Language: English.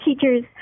teacher's